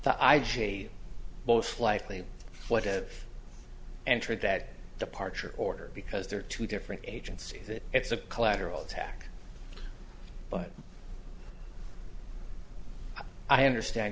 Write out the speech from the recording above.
the i g both likely what have entered that departure order because there are two different agencies that it's a collateral attack but i understand